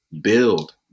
Build